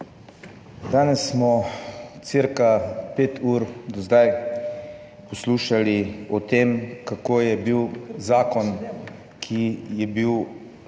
Danes smo cirka 5 ur do zdaj poslušali o tem, kako je bil zakon, ki je bil